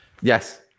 Yes